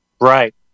Right